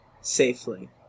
safely